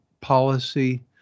policy